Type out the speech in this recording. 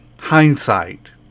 Hindsight